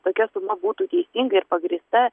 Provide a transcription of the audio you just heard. tokia suma būtų teisinga ir pagrįsta